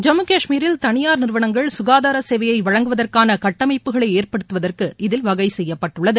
ஜம்மு கஷ்மீரில் தனியார் நிறுவனங்கள் ககாதார சேவையை வழங்குவதற்கான சட்டமைப்புகளை ஏற்படுத்துவதற்கு இதில் வகை செய்யப்பட்டுள்ளது